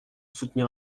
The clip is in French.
soutenir